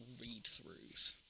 read-throughs